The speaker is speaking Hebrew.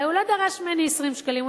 הרי הוא לא דרש ממני 20 שקלים,